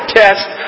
test